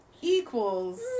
Equals